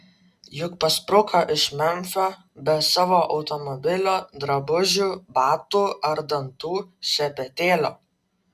juk paspruko iš memfio be savo automobilio drabužių batų ar dantų šepetėlio